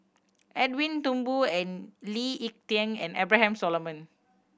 Edwin Thumboo and Lee Ek Tieng and Abraham Solomon